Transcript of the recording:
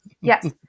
Yes